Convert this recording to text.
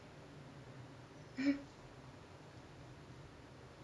mm